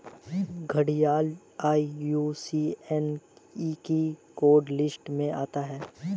घड़ियाल आई.यू.सी.एन की red list में आता है